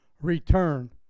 return